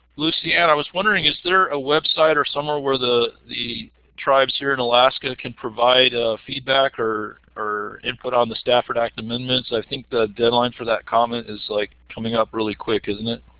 lucianne, was wondering is there a website or somewhere where the the tribes here in alaska can provide ah feedback or or input on the stafford act amendments? i think the deadline for that comment is like coming up really quick, isn't it?